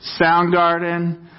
Soundgarden